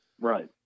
Right